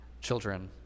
children